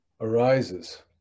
arises